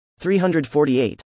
348